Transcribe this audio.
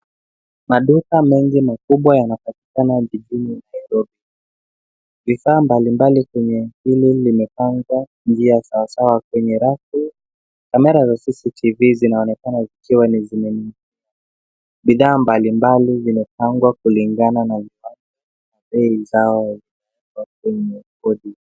Maduka mengi makubwa yanapatikana jijini Nairobi. Vifaa mbalimbali kwenye hili vimepangwa kwa njia sawasawa kwenye rafu. Kamera za CCTV zinaonekana zikiwa zimening'inia. Bidhaa mbalimbali zimepangwa kulingana na nafasi bei zao kenye rekodi.